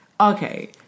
okay